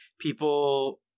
people